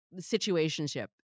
situationship